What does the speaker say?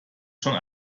schon